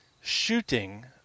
shooting